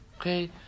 okay